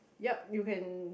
yeap you can